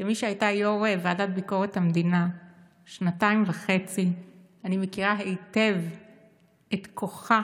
כמי שהייתה יו"ר ועדת ביקורת המדינה שנתיים וחצי אני מכירה היטב את כוחן